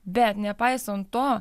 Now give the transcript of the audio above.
bet nepaisant to